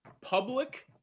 Public